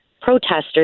protesters